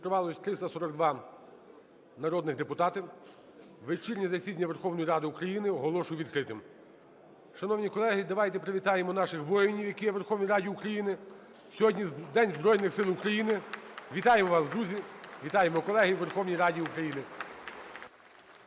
вітаємо, колеги, у Верховній Раді України.